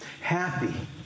Happy